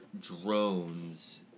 drones